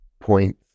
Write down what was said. point